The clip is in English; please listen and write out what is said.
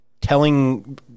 telling